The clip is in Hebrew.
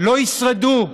לא ישרדו,